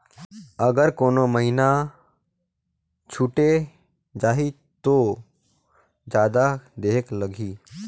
अगर कोनो महीना छुटे जाही तो जादा देहेक लगही?